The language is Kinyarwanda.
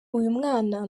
uyumwana